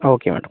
okay madam